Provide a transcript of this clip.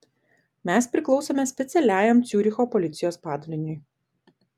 mes priklausome specialiajam ciuricho policijos padaliniui